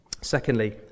Secondly